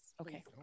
Okay